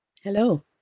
Hello